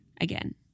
again